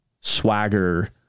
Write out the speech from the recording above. swagger